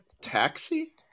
taxi